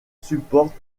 supportent